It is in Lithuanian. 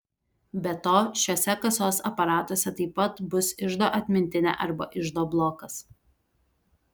be to šiuose kasos aparatuose taip pat bus iždo atmintinė arba iždo blokas